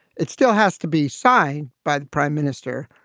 it still has to be signed by the prime minister.